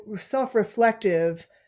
self-reflective